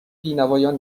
بینوایان